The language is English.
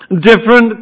different